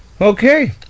okay